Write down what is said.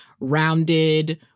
rounded